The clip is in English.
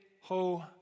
ho